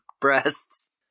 breasts